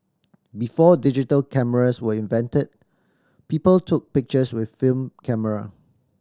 before digital cameras were invented people took pictures with film camera